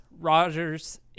Roger's